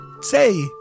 say